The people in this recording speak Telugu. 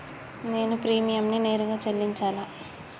నేను ప్రీమియంని నేరుగా చెల్లించాలా?